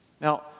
Now